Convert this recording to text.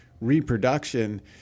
Reproduction